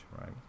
right